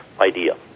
idea